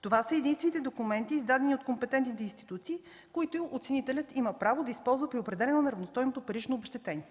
Това са единствените документи, издадени от компетентните институции, които оценителят има право да използва при определяне на равностойното парично обезщетение.